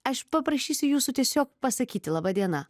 aš paprašysiu jūsų tiesiog pasakyti laba diena